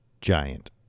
giant